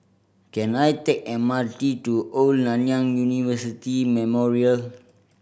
can I take M R T to Old Nanyang University Memorial